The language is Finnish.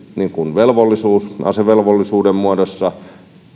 velvollisuus asevelvollisuuden muodossa